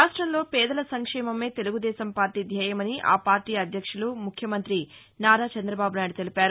రాష్ట్రంలో పేదల సంక్షేమమే తెలుగుదేశం పార్టీ ధ్యేయమని ఆ పార్టీ అధ్యక్షులు ముఖ్యమంత్రి నారా చంద్రబాబు నాయుడు తెలిపారు